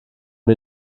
wir